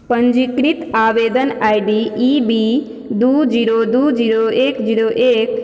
पञ्जीकृत आवेदन I D E B दू जीरो दू जीरो एक जीरो एक